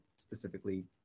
specifically